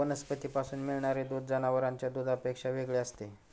वनस्पतींपासून मिळणारे दूध जनावरांच्या दुधापेक्षा वेगळे असते